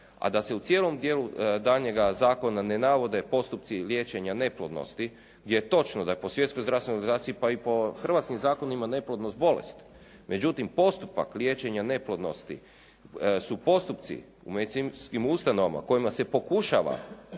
a da se u cijelom dijelu daljnjega zakona ne navode postupci liječenja neplodnosti je točno da je po svjetskoj zdravstvenoj organizaciji pa i po hrvatskim zakonima neplodnost bolest. Međutim, postupak liječenja neplodnosti su postupci u medicinskim ustanovama u kojima se pokušava